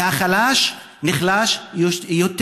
והחלש נחלש יותר.